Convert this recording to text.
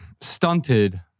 stunted